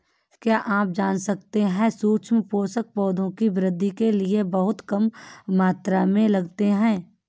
क्या आप जानते है सूक्ष्म पोषक, पौधों की वृद्धि के लिये बहुत कम मात्रा में लगते हैं?